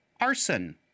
arson